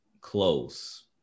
close